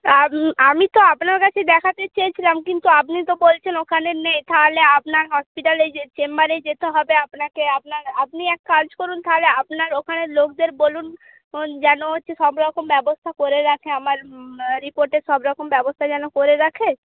আমি তো আপনার কাছেই দেখাতে চেয়েছিলাম কিন্তু আপনি তো বলছেন ওখানে নেই তাহলে আপনার হসপিটালে চেম্বারেই যেতে হবে আপনাকে আপনার আপনি এক কাজ করুন তাহলে আপনার ওখানের লোকদের বলুন যেন হচ্ছে সব রকম ব্যবস্থা করে রাখে আমার রিপোর্টের সব রকম ব্যবস্থা যেন করে রাখে